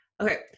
okay